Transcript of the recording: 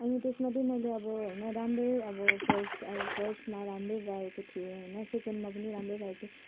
अनि त्यसमा चाहिँ मैले अब होइन राम्रो अब फर्स्ट अब फर्स्टमा राम्रै गाएको थिएँ होइन सेकेन्डमा पनि राम्रै गाएको थिएँ